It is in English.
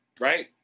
right